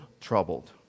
troubled